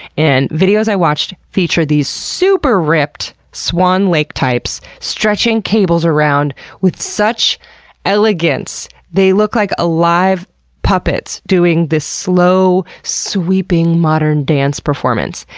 and videos i watched feature these super ripped swan lake-types stretching cables around with such elegance! they look like alive puppets doing this slow sweeping modern dance performance.